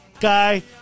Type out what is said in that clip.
guy